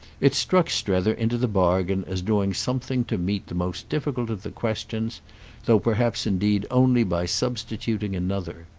it struck strether into the bargain as doing something to meet the most difficult of the questions though perhaps indeed only by substituting another.